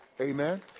Amen